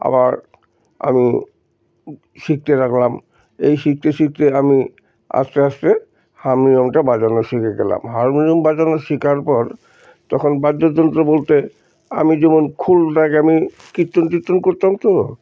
আবার আমি শিখতে লাগলাম এই শিখতে শিখতে আমি আস্তে আস্তে হারমোনিয়ামটা বাজানো শিখে গেলাম হারমোনিয়াম বাজানো শেখার পর তখন বাদ্যযন্ত্র বলতে আমি যেমন খোলটাতে আমি কীর্তন তীর্তন করতাম তো